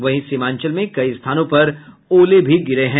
वहीं सीमांचल में कई स्थानों पर ओले भी गिरे हैं